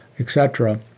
etc,